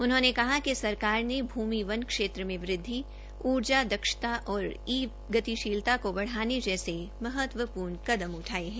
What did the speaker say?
उन्होंने कहा कि सरकार ने भूमि वन क्षेत्र में वृद्वि ऊर्जा दक्षता और ई गतिशीलता केा बढ़ाने जैसे महत्वपूर्ण कदम उठाये है